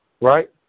Right